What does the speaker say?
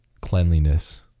cleanliness